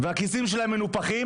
והכיסים שלהם מנופחים,